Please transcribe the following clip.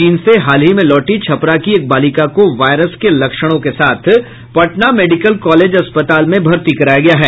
चीन से हाल ही में लौटी छपरा की एक बालिका को वायरस के लक्षणों के साथ पटना मेडिकल कॉलेज अस्पताल में भर्ती कराया गया है